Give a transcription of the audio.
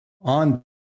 on